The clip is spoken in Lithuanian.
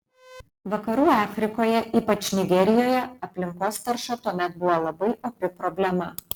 vakarų afrikoje ypač nigerijoje aplinkos tarša tuomet buvo labai opi problema